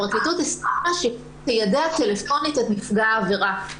הפרקליטות תיידע טלפונית את נפגע העבירה.